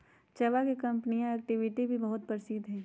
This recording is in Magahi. चयवा के कंपनीया एक्टिविटी भी बहुत प्रसिद्ध हई